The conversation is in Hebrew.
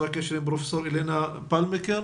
פרופ' אילנה בלמקר,